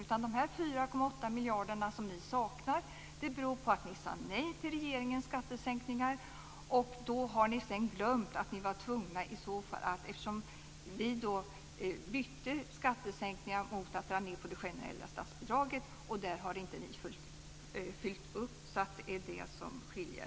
Att ni saknar de här 4,8 miljarderna beror på att ni sade nej till regeringens skattesänkningar. Ni har glömt att ni var tvungna. Vi bytte ju skattesänkningar mot en neddragning av det generella statsbidraget. I det avseendet har ni inte fyllt upp. Det är det som skiljer.